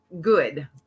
good